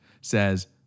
says